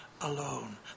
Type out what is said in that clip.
alone